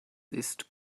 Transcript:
ist